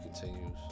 continues